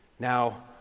Now